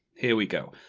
here we go.